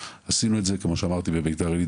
עשינו את זה כמו שאמרתי בביתר עלית,